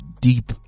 Deep